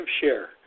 share